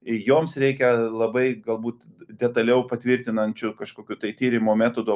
joms reikia labai galbūt detaliau patvirtinančių kažkokių tai tyrimo metodų